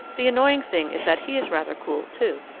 the annoying thing is that he is rather cool, too.